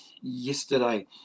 yesterday